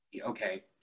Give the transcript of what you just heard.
okay